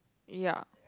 ya